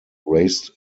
raised